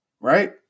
right